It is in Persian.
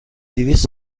دویست